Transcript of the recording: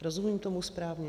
Rozumím tomu správně?